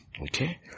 Okay